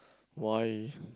why